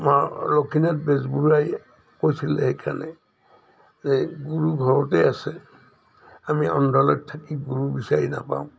আমাৰ লক্ষ্মীনাথ বেজবৰুৱাই কৈছিলে সেইকাৰণে যে গুৰু ঘৰতে আছে আমি অন্ধকাৰত থাকি গুৰু বিচাৰি নাপাওঁ